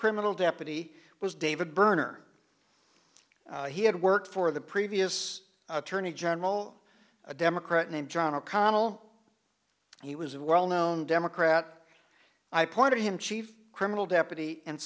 criminal deputy was david byrne he had worked for the previous attorney general a democrat named john o'connell he was a well known democrat i pointed him chief criminal deputy and